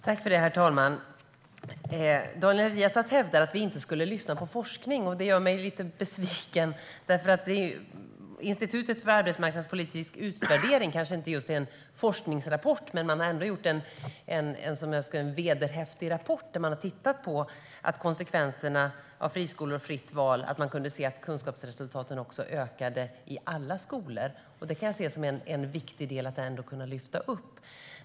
Herr talman! Daniel Riazat hävdar att vi inte skulle lyssna på forskning. Det gör mig lite besviken. Institutet för arbetsmarknadspolitisk utvärdering har kanske inte gjort en forskningsrapport, men man har ändå gjort en vederhäftig rapport där man har sett att kunskapsresultaten ökade i alla skolor som en konsekvens av friskolor och fritt skolval. Det är viktigt att lyfta upp.